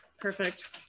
Perfect